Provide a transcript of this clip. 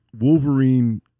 Wolverine